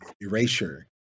erasure